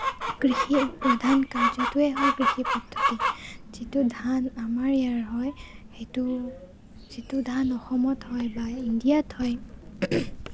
কৃষিয়েই প্ৰধান কাৰ্যটোৱে হ'ল কৃষি পদ্ধতি যিটো ধান আমাৰ ইয়াৰ হয় সেইটো যিটো ধান অসমত হয় বা ইণ্ডিয়াত হয়